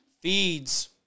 feeds